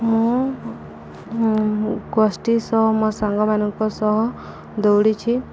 ମୁଁ ମୋ ଗୋଷ୍ଠୀ ସହ ମୋ ସାଙ୍ଗମାନଙ୍କ ସହ ଦୌଡ଼ିଛି